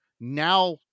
Now